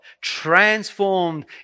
Transformed